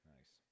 Nice